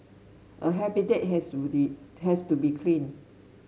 a habitat has to be test to be clean